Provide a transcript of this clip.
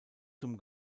zum